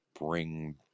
bring